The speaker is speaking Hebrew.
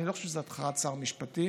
חושב שזו הכרעת שר המשפטים,